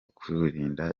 kwirinda